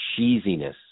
cheesiness